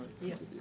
yes